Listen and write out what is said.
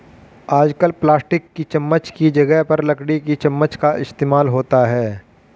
आजकल प्लास्टिक की चमच्च की जगह पर लकड़ी की चमच्च का इस्तेमाल होता है